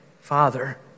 Father